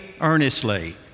earnestly